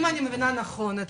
אם אני מבינה נכון,